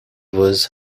was